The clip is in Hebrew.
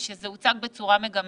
שזה הוצג בצורה מגמתית.